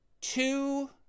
two